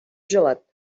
gelat